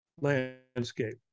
landscape